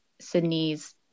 Sydney's